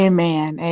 Amen